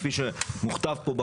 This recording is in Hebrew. כפי שמוכתב פה.